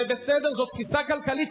זה בסדר, זאת תפיסה כלכלית.